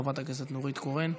חברת הכנסת נורית קורן,